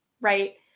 Right